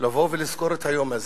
לבוא ולזכור את היום הזה.